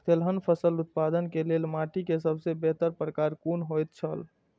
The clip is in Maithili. तेलहन फसल उत्पादन के लेल माटी के सबसे बेहतर प्रकार कुन होएत छल?